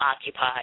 occupied